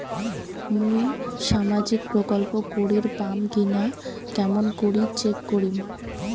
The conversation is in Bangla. মুই সামাজিক প্রকল্প করির পাম কিনা কেমন করি চেক করিম?